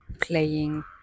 playing